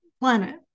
planet